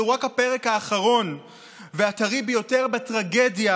זהו רק הפרק האחרון והטרי ביותר בטרגדיה